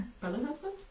Brother-husband